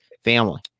family